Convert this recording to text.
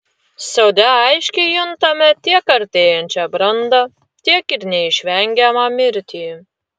sode aiškiai juntame tiek artėjančią brandą tiek ir neišvengiamą mirtį